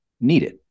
needed